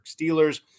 Steelers